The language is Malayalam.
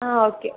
ആ ഓക്കെ